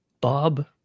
Bob